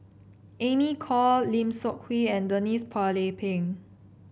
Amy Khor Lim Seok Hui and Denise Phua Lay Peng